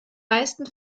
meisten